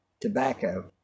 tobacco